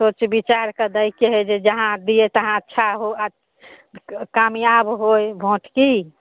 सोच विचारिके दैके हइ जे जहाँ दिऽ तहाँ अच्छा हो आओर कामयाब होइ वोट की